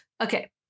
okay